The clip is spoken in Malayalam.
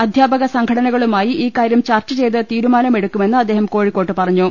അധ്യാപക സംഘടനകളുമായി ഈ കാര്യം ചർച്ച് ചെയ്ത് തീരു മാനമെടുക്കുമെന്ന് അദ്ദേഹം കോഴിക്കോട്ട് പറഞ്ഞു